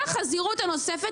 עוד מעט נשמע אותך.